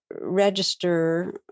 register